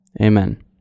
Amen